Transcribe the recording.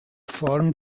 form